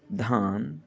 धान